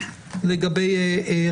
עם איזה סיוג לגבי רמקולים,